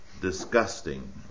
disgusting